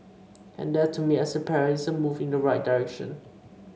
and that to me as a parent is a move in the right direction